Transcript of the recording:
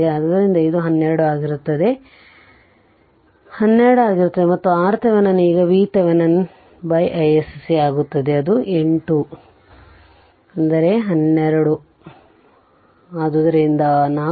ಆದ್ದರಿಂದ ಇದು 12 ಆಗಿರುತ್ತದೆ ಅದು ಬರವಣಿಗೆಯ ದೋಷವಾಗಿದೆ ಆದ್ದರಿಂದ ಇದು 12 ಆಗಿರುತ್ತದೆ ಮತ್ತು RThevenin ಈಗ VThevenin ಬೈ isc ಆಗುತ್ತದೆಇದು 8 12 ಆದ್ದರಿಂದ 4